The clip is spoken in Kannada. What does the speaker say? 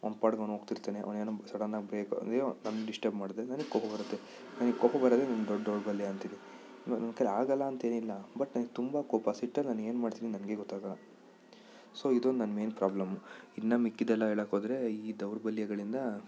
ಅವ್ನ ಪಾಡಿಗೆ ಅವ್ನು ಹೋಗ್ತಿರ್ತಾನೆ ಅವ್ನು ಏನೊ ಸಡನ್ನಾಗಿ ಬ್ರೇಕ್ ಅದೇನೊ ನಂಗೆ ಡಿಸ್ಟರ್ಬ್ ಮಾಡಿದರೆ ನನಗೆ ಕೋಪ ಬರುತ್ತೆ ನನಗೆ ಕೋಪ ಬರೋದೆ ನನ್ನ ದೊಡ್ಡ ದೌರ್ಬಲ್ಯ ಅಂತೀನಿ ನನ್ನ ಕೈಯ್ಯಲ್ಲಿ ಆಗಲ್ಲ ಅಂತೇನಿಲ್ಲ ಬಟ್ ನನ್ಗೆ ತುಂಬ ಕೋಪ ಸಿಟ್ಟಲ್ಲಿ ನಾನು ಏನು ಮಾಡ್ತೀನಿ ನನಗೆ ಗೊತ್ತಾಗಲ್ಲ ಸೊ ಇದೊಂದು ನನ್ನ ಮೈನ್ ಪ್ರಾಬ್ಲಮು ಇನ್ನು ಮಿಕ್ಕಿದ್ದೆಲ್ಲ ಹೇಳೋಕ್ಕೋದ್ರೆ ಈ ದೌರ್ಬಲ್ಯಗಳಿಂದ